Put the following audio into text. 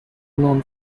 known